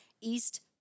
East